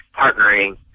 partnering